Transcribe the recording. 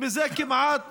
זה כמעט